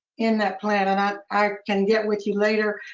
in that plan, and i i can get with you later,